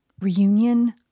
reunion